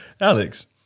Alex